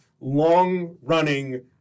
long-running